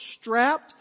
strapped